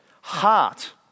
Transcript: heart